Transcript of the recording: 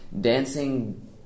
Dancing